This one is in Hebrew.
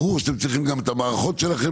ברור שאתם צריכים גם את המערכות שלכם